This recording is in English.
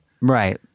Right